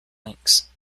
links